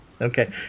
Okay